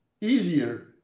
easier